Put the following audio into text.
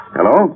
Hello